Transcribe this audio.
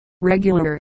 regular